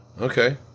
Okay